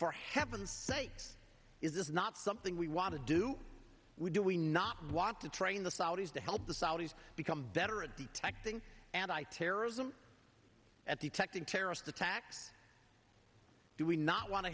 for heaven's sake is not something we want to do we do we not want to train the saudis to help the saudis become better at detecting and i terrorism or at detecting terrorist attacks do we not want to